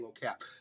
cap